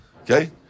Okay